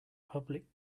public